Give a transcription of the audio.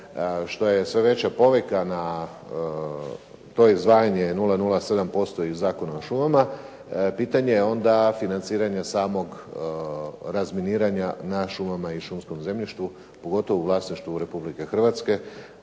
što je sve veća povika na to izdvajanje 007% i Zakona o šumama pitanje je onda financiranja samog razminiranja na šumama i šumskom zemljištu pogotovo u vlasništvu Republike Hrvatske